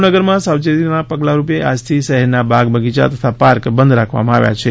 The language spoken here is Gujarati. ભાવનગરમાં સાવચેતીના પગલા રૂપે આજથી શહેરના બાગ બગીયા તથા પાર્ક બંધ રાખવામાં આવ્યા છે